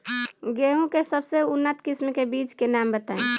गेहूं के सबसे उन्नत किस्म के बिज के नाम बताई?